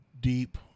deep